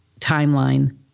timeline